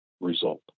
result